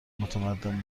متمدن